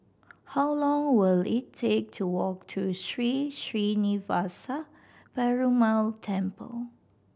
how long will it take to walk to Sri Srinivasa Perumal Temple